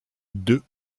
deux